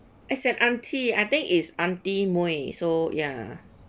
it's an auntie I think it's auntie Moi so ya